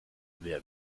wer